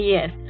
Yes